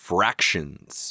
Fractions